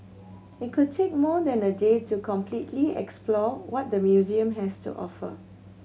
it could take more than a day to completely explore what the museum has to offer